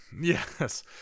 Yes